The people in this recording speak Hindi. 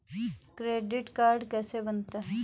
क्रेडिट कार्ड कैसे बनता है?